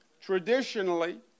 traditionally